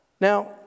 Now